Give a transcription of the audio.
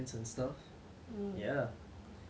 that would be one of the skill I would like to master